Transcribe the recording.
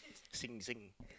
Sing Sing